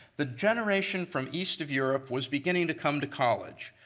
the generation from east of europe was beginning to come to college.